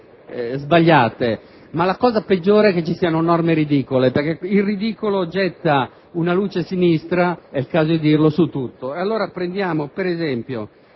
sbagliate;